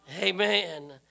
Amen